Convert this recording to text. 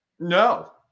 No